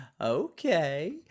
okay